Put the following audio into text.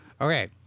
Okay